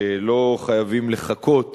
שלא חייבים לחכות